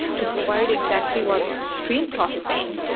to provide exactly once stream processing,